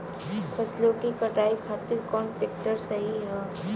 फसलों के कटाई खातिर कौन ट्रैक्टर सही ह?